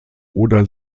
oder